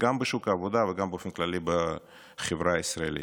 גם בשוק העבודה וגם באופן כללי בחברה הישראלית.